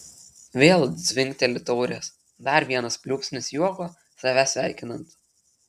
vėl dzingteli taurės dar vienas pliūpsnis juoko save sveikinant